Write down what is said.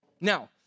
Now